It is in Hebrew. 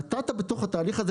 בתוך התהליך הזה,